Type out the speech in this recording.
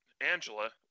Angela